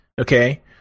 okay